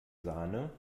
sahne